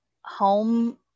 home